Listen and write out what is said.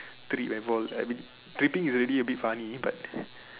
trip and fall tripping is already a bit funny but